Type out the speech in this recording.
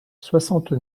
soixante